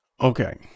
Okay